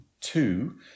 Two